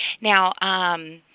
Now –